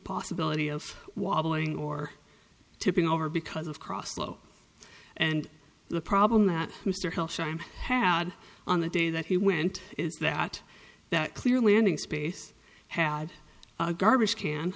possibility of wobbling or tipping over because of cross flow and the problem that mr hill shame had on the day that he went is that that clearly ending space had a garbage